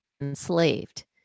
enslaved